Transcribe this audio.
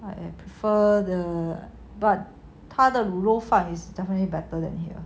I prefer the but 它的卤肉饭 is definitely better than here